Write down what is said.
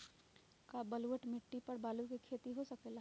का बलूअट मिट्टी पर आलू के खेती हो सकेला?